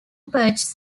perches